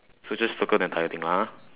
so just circle the entire thing lah !huh!